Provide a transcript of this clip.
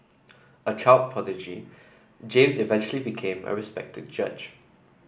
a child prodigy James eventually became a respected judge